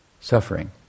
suffering